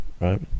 right